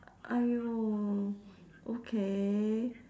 !aiyo! okay